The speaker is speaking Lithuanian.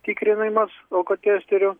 tikrinimas alkotesteriu